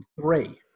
three